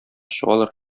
чыгалар